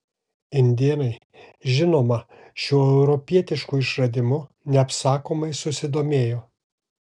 indėnai žinoma šiuo europietišku išradimu neapsakomai susidomėjo